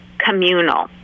Communal